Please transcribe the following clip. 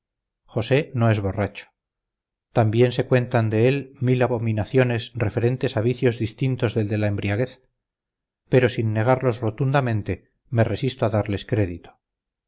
josé no es borracho también se cuentan de él mil abominaciones referentes a vicios distintos del de la embriaguez pero sin negarlos rotundamente me resisto a darles crédito